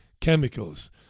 chemicals